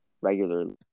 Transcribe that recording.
regularly